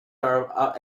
are